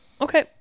okay